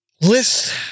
List